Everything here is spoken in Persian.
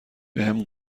بهم